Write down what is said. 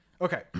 Okay